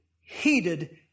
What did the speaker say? heated